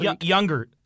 Younger